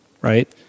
right